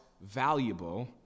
valuable